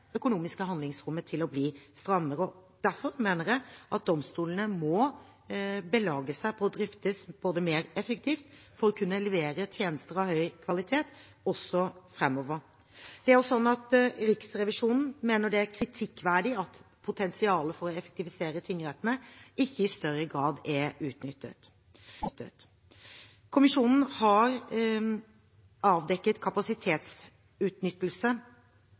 økonomiske handlingsrommet til å bli strammere. Derfor mener jeg at domstolene må belage seg på å driftes mer effektivt for å kunne levere tjenester av høy kvalitet også framover. Det er også sånn at Riksrevisjonen mener det er kritikkverdig at potensialet for å effektivisere tingrettene ikke i større grad er utnyttet. Kommisjonen har avdekket